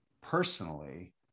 personally